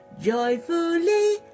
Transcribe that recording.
Joyfully